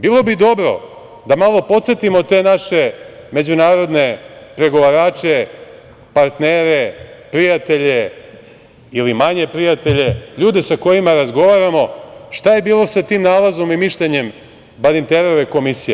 Bilo bi dobro da malo podsetimo te naše međunarodne pregovarače, partnere, prijatelje ili manje prijatelje, ljude sa kojima razgovaramo, šta je bilo sa tim nalazom i mišljenjem Badinterove komisije?